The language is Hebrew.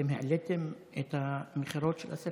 אתם העליתם את המכירות של הספר.